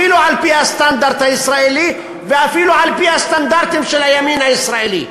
אפילו על-פי הסטנדרט הישראלי ואפילו על-פי הסטנדרטים של הימין הישראלי,